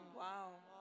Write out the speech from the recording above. wow